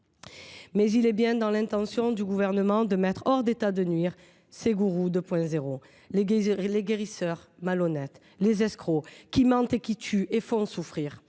il est bien dans l’intention du Gouvernement de mettre hors d’état de nuire les gourous 2.0, les guérisseurs malhonnêtes et les escrocs qui mentent, tuent et font souffrir.